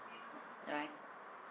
right